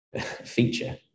feature